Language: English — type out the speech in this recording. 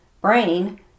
brain